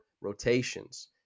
rotations